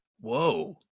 Whoa